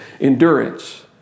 Endurance